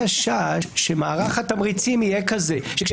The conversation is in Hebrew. חשש שמערך התמריצים יהיה כזה שכאשר